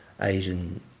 Asian